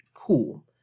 cool